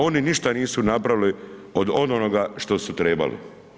Oni ništa nisu napravili od onoga što su trebali.